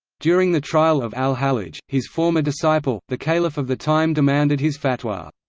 during the trial of al-hallaj, his former disciple, the caliph of the time demanded his fatwa.